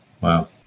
Wow